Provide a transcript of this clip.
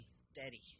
Steady